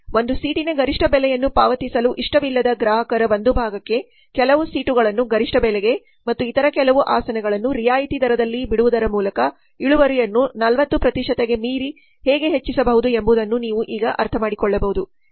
ಒಂದು ಸೀಟಿನ ಗರಿಷ್ಠ ಬೆಲೆಯನ್ನು ಪಾವತಿಸಲು ಇಷ್ಟವಿಲ್ಲದ ಗ್ರಾಹಕರ ಒಂದು ಭಾಗಕ್ಕೆ ಕೆಲವು ಸೀಟು ಗಳನ್ನು ಗರಿಷ್ಠ ಬೆಲೆಗೆ ಮತ್ತು ಇತರ ಕೆಲವು ಆಸನಗಳನ್ನು ರಿಯಾಯಿತಿ ದರದಲ್ಲಿ ಬಿಡುವುದರ ಮೂಲಕ ಇಳುವರಿಯನ್ನು 40 ಮೀರಿ ಹೇಗೆ ಹೆಚ್ಚಿಸಬಹುದು ಎಂಬುದನ್ನು ನೀವು ಈಗ ಅರ್ಥಮಾಡಿಕೊಳ್ಳಬಹುದು